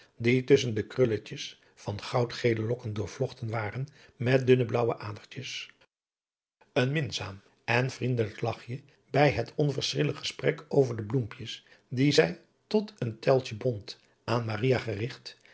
die tusschen de krulletjes van goudgele lokken doorvlochten waren met dunne blaauwe adertjes een minzaam en vriendelijk lachje bij het onverschillig gesprek over de bloempjes die zij adriaan loosjes pzn het leven van hillegonda buisman tot een tuiltje bond aan maria gerigt